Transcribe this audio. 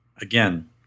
Again